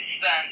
son